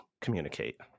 communicate